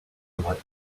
might